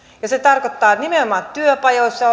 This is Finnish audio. se tarkoittaa nimenomaan työpajoissa